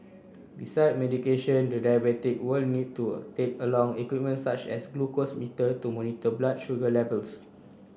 besides medication the diabetic will need to take along equipment such as a glucose meter to monitor blood sugar levels